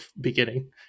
beginning